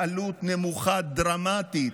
בעלות נמוכה דרמטית,